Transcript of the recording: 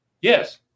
Yes